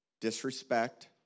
disrespect